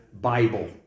Bible